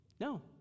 No